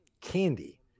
candy